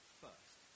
first